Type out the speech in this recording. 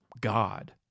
God